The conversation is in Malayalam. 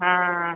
ആ ആ ആ